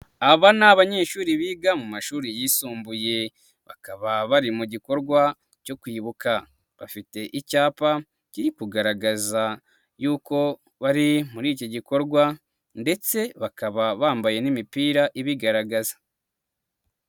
Aba ni abanyeshuri biga mu mashuri yisumbuye bakaba bari mu gikorwa cyo kwibuka, bafite icyapa kiri kugaragaza yuko bari muri iki gikorwa ndetse bakaba bambaye n'imipira ibigaragaza.